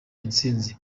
intsinzi